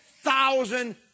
Thousand